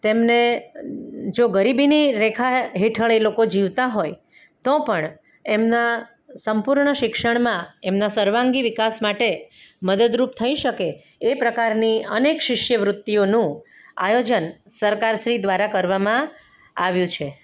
તેમને જો ગરીબીની રેખા હેઠળ એ લોકો જીવતા હોય તો પણ એમનાં સંપૂર્ણ શિક્ષણમાં એમના સર્વાંગી વિકાસ માટે મદદરૂપ થઈ શકે એ પ્રકારની અનેક શિષ્યવૃત્તિઓનું આયોજન સરકાર શ્રી દ્વારા કરવામાં આવ્યું છે